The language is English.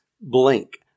blink